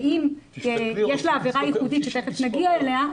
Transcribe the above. יש לה עבירה ייחודית שתיכף נגיע אליה,